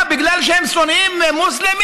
מה, בגלל שהם שונאים מוסלמים?